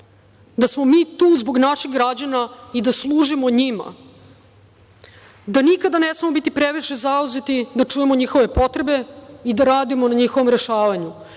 da smo mi tu zbog naših građana i da služimo njima, da nikada ne smemo biti previše zauzeti da čujemo njihove potrebe i da radimo na njihovom rešavanju,